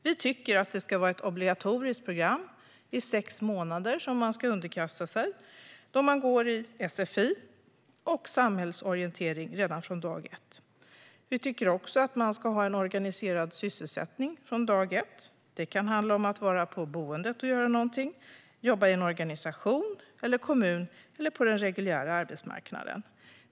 Vi tycker att det ska vara ett obligatoriskt program i sex månader som människor ska underkasta sig då de går i sfi med samhällsorientering redan från dag ett. Vi tycker också att människor ska ha en organiserad sysselsättning från dag ett. Det kan handla om att vara på boendet och göra någonting, jobba i en organisation, i en kommun eller på den reguljära arbetsmarknaden.